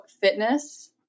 fitness